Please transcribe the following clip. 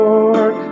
Lord